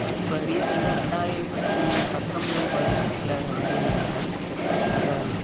இப்போ ரீசெண்டாக ரெண்டாயிரத்து பத்தொம்பது பதினெட்டில் வந்ததுன் நினைக்கிறேன்